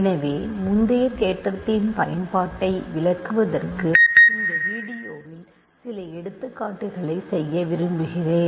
எனவே முந்தைய தேற்றத்தின் பயன்பாட்டை விளக்குவதற்கு இந்த வீடியோவில் சில எடுத்துக்காட்டுகளை செய்ய விரும்புகிறேன்